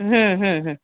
હમ હમ હમ